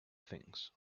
things